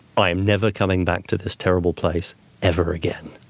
i am never coming back to this terrible place ever again.